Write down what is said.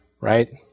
right